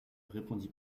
répondit